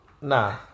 nah